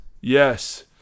Yes